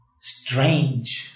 Strange